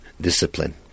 discipline